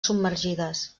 submergides